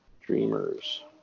Dreamers